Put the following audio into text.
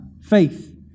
faith